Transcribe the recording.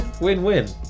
Win-win